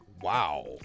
Wow